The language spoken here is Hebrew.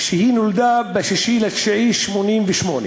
היא נולדה ב-6 בספטמבר 1988